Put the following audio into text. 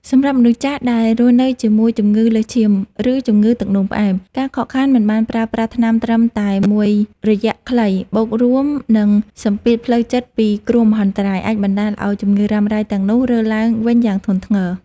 សម្រាប់មនុស្សចាស់ដែលរស់នៅជាមួយជំងឺលើសឈាម ឬជំងឺទឹកនោមផ្អែម ការខកខានមិនបានប្រើប្រាស់ថ្នាំត្រឹមតែមួយរយៈពេលខ្លី បូករួមនឹងសម្ពាធផ្លូវចិត្តពីគ្រោះមហន្តរាយ អាចបណ្តាលឱ្យជំងឺរ៉ាំរ៉ៃទាំងនោះរើឡើងវិញយ៉ាងធ្ងន់ធ្ងរ។